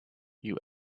you